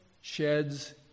sheds